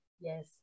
Yes